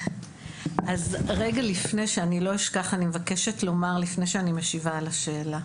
אז רגע לפני שאני לא אשכח אני מבקשת לומר לפני שאני משיבה על השאלה,